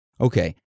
okay